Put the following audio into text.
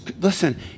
Listen